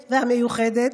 והמיוחדת,